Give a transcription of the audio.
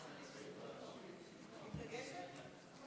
מתרגשת?